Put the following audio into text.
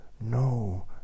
no